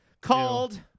called